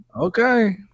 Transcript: Okay